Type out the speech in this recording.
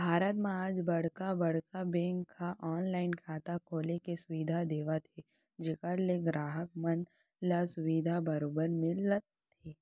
भारत म आज बड़का बड़का बेंक ह ऑनलाइन खाता खोले के सुबिधा देवत हे जेखर ले गराहक मन ल सुबिधा बरोबर मिलत हे